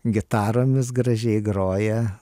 gitaromis gražiai groja